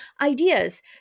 ideas